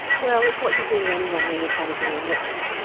well, it's what you do to anyone when you're trying to humiliate them,